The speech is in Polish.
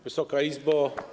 Wysoka Izbo!